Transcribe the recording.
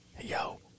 yo